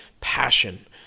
passion